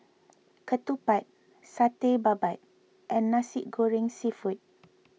Ketupat Satay Babat and Nasi Goreng Seafood